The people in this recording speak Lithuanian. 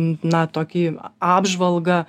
na tokį apžvalgą